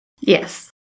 Yes